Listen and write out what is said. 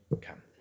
come